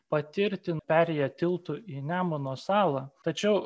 patirti perėję tiltu į nemuno salą tačiau